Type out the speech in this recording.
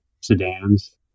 sedans